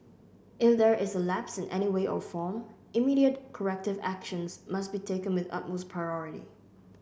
if there is a lapse in any way or form immediate corrective actions must be taken with utmost priority